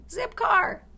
Zipcar